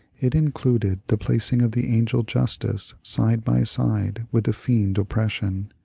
it included the placing of the angel justice side by side with the fiend oppression,